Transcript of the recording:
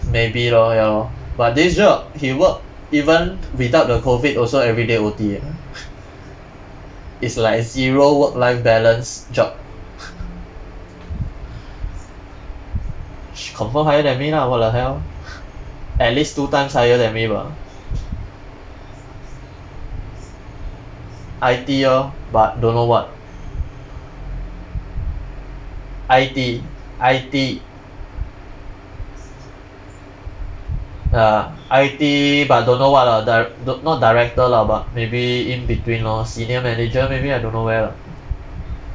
maybe lor ya lor but this job he work even without the COVID also everyday O_T eh it's like zero work life balance job she confirm higher than me lah what the hell at least two times higher than me bah I_T orh but don't know what I_T I_T ya I_T but don't know what ah di~ not director lah but maybe in between lor senior manager maybe I don't where lah